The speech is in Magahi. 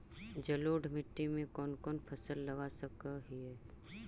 जलोढ़ मिट्टी में कौन कौन फसल लगा सक हिय?